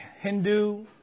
Hindu